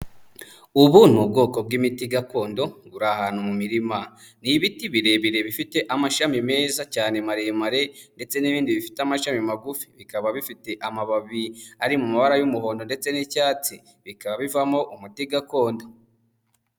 Ubu ni ubwoko bw'imiti gakondo buri ahantu mu mirima, ni ibiti birebire bifite amashami meza cyane maremare ndetse n'ibindi bifite amashami magufi, bikaba bifite amababi ari mu mabara y'umuhondo ndetse n'icyatsi, bikaba bivamo umuti gakondo.